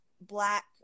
black